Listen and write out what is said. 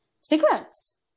cigarettes